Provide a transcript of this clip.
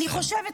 חייבים לסיים.